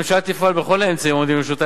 הממשלה תפעל בכל האמצעים העומדים לרשותה